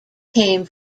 came